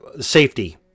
safety